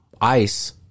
ice